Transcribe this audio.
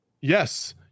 yes